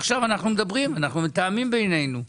עכשיו אנחנו מדברים, אנחנו מתאמים בינינו.